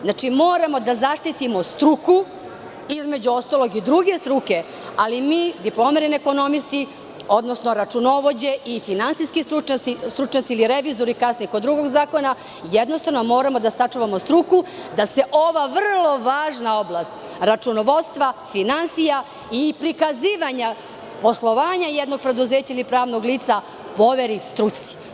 Znači, moramo da zaštitimo struku, između ostalog i druge struke, ali mi diplomirani ekonomisti, odnosno računovođe i finansijski stručnjaci ili revizori kasnije kod drugog zakona, jednostavno moramo da sačuvamo struku da se ova vrlo važna oblast računovodstva, finansija i prikazivanja poslovanja jednog preduzeća, ni pravnog lica poveri struci.